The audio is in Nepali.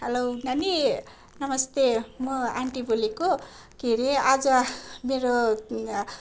हेलो नानी नमस्ते म आन्टी बोलेको के अरे आज मेरो